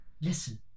Listen